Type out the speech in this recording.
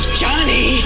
johnny